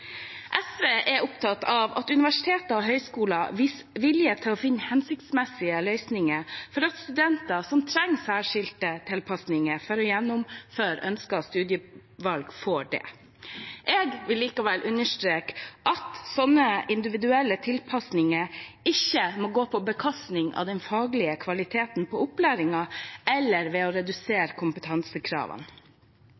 SV er opptatt av at universiteter og høyskoler viser vilje til å finne hensiktsmessige løsninger for at studenter som trenger særskilte tilpasninger for å gjennomføre ønsket studievalg, får det. Jeg vil likevel understreke at slike individuelle tilpasninger ikke må gå på bekostning av den faglige kvaliteten på opplæringen eller ved å